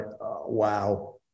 wow